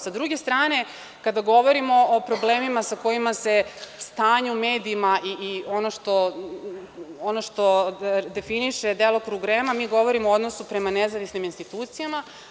Sa druge strane, kada govorimo o problemima sa kojima se stanje u medijima i ono što definiše delokrug REM-a, mi govorimo o odnosu prema nezavisnim institucijama.